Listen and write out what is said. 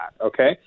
okay